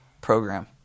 program